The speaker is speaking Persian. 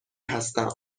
هستم